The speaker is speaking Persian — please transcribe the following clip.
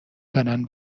دارن